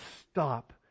stop